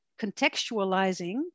contextualizing